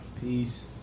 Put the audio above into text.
Peace